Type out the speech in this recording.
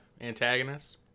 antagonist